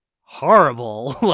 horrible